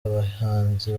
abahanzi